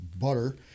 butter